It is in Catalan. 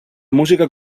música